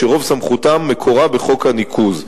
כשרוב סמכותן מקורה בחוק הניקוז.